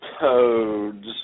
toads